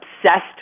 obsessed